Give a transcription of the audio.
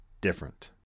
different